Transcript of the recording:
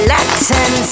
Latin